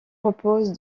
repose